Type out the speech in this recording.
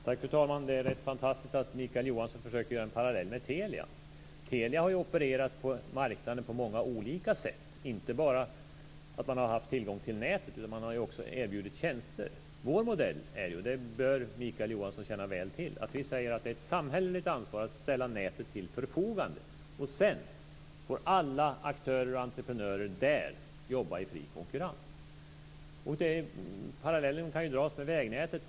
Fru talman! Det är rätt fantastiskt att Mikael Johansson försöker dra en parallell med Telia. Telia har ju opererat på marknaden på många olika sätt. Man har inte bara haft tillgång till nätet. Man har också erbjudit tjänster. Vår modell är ju - och det bör Mikael Johansson känna väl till - att vi säger att det är ett samhälleligt ansvar att ställa nätet till förfogande. Sedan får alla aktörer och entreprenörer där jobba i fri konkurrens. Parallellen kan ju dras med vägnätet.